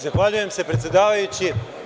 Zahvaljujem se predsedavajući.